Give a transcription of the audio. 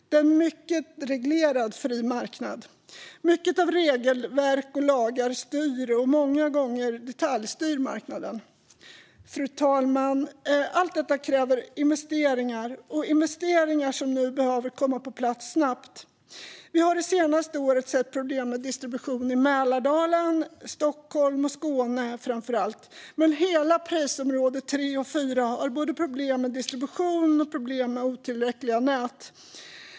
Det är en mycket reglerad fri marknad. Mycket av regelverk och lagar styr, och många gånger detaljstyr, marknaden. Fru talman! Allt detta kräver investeringar, och investeringar som nu behöver komma på plats snabbt. Vi har det senaste året sett problem med distribution till Mälardalen, Stockholm och Skåne framför allt. Men hela prisområde 3 och 4 har problem med distribution och otillräckliga nät.